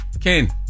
Ken